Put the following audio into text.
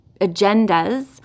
agendas